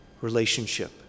relationship